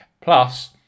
plus